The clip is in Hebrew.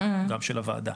גם של הוועדה,